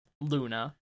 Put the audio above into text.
Luna